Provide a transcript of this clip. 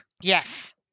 Yes